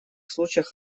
случаях